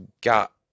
got